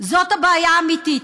זאת הבעיה האמיתית.